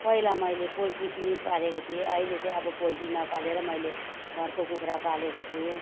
पहिला मैले पोल्ट्री पनि पालेको थिएँ अहिले चाहिँ अब पोल्ट्री नपालेर मैले घरको कुखुरा पालेको छु